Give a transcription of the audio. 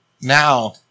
now